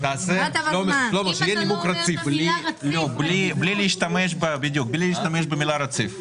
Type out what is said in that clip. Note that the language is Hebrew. שיהיה נימוק רציף בלי להשתמש במילה רציף.